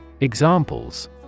Examples